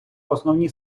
основні